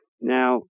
Now